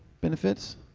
benefits